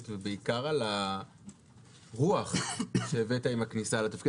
ובעיקר על הרוח שהבאת עם הכניסה לתפקיד.